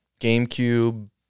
GameCube